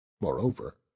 Moreover